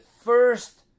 first